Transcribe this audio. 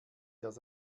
das